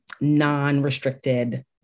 non-restricted